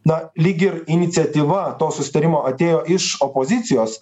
na lyg ir iniciatyva to susitarimo atėjo iš opozicijos